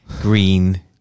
green